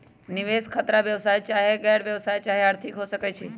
निवेश खतरा व्यवसाय चाहे गैर व्यवसाया चाहे आर्थिक हो सकइ छइ